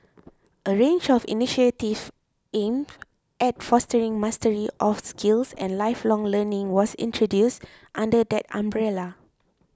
a range of initiatives aimed at fostering mastery of skills and lifelong learning was introduced under that umbrella